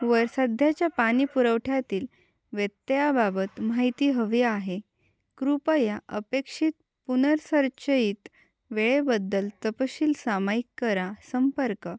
वर सध्याच्या पाणी पुरवठ्यातील व्यत्ययाबाबत माहिती हवी आहे कृपया अपेक्षित पुनर्संचयित वेळेबद्दल तपशील सामायिक करा संपर्क